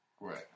Right